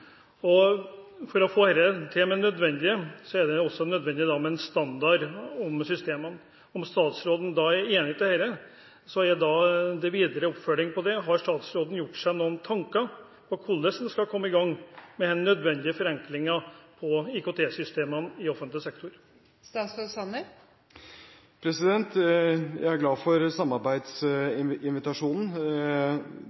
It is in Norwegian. publikum. For å få dette til er det nødvendig med en standard for systemene. Om statsråden er enig i dette, er den videre oppfølgingen av det om statsråden har gjort seg noen tanker om hvordan man skal komme i gang med den nødvendige forenklingen av IKT-systemene i offentlig sektor. Jeg er glad for